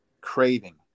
craving